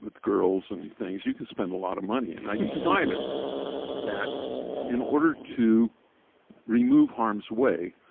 with girls and thingseur you can spend a lot of moneyeur and i decided that in order to remove harm's way,